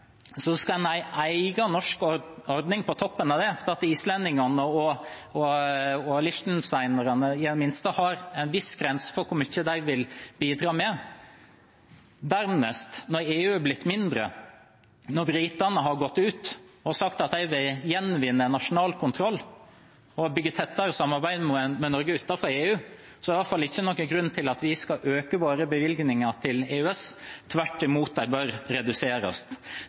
skal en ha en egen norsk ordning på toppen av det. Islendingene og liechtensteinerne har i det minste en viss grense for hvor mye de vil bidra med. Dernest: Nå er EU blitt mindre. Når britene har gått ut og sagt at de vil gjenvinne nasjonal kontroll og bygge tettere samarbeid med Norge utenfor EU, er det i alle fall ingen grunn til at vi skal øke våre bevilgninger til EØS. Tvert imot, de bør reduseres.